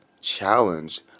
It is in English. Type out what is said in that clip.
challenge